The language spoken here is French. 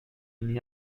n’y